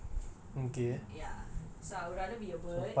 I'm sure the birds all won't be like in a cage